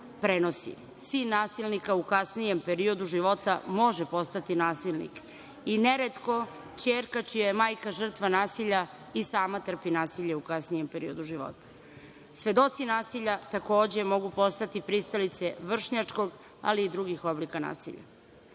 Sin nasilnika u kasnijem periodu života može postati nasilnik i neretko ćerka čija je majka žrtva nasilja i sama trpi nasilje u kasnijem periodu života. Svedoci nasilja takođe mogu pristalice vršnjačkog, ali i drugih oblika nasilja. Takođe,